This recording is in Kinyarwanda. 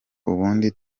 ubundi